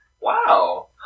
Wow